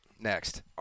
Next